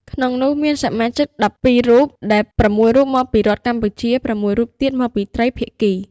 ក្នុងនោះមានសមាជិក១២រូប ដែល៦រូបមកពីរដ្ឋកម្ពុជា ៦រូបទៀតមកពីត្រីភាគី។